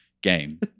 game